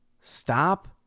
Stop